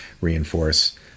reinforce